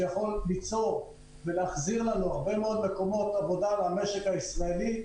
שיכול ליצוא ולהחזיר לנו הרבה מאוד מקומות עבודה למשק הישראלי,